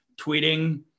tweeting